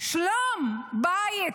שלום בית,